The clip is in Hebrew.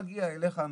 מגיע אליך,